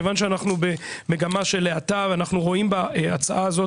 כיוון שאנחנו במגמה של האטה ואנחנו רואים בהצעה הזאת